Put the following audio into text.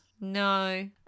No